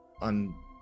on